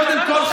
קודם כול,